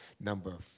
number